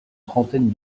trentaine